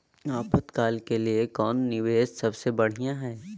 आपातकाल के लिए कौन निवेस सबसे बढ़िया है?